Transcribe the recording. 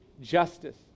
justice